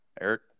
Eric